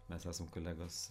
mes esam kolegos